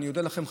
ואני אודה לכם,